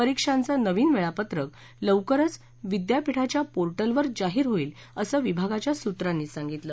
परीक्षांचं नवीन वेळापत्रक लवकरच विद्यापीठाच्या पोर्टलवर जाहीर होईल असं विभागाच्या सूत्रांनी सांगितलं